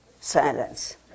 Silence